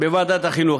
בוועדת החינוך.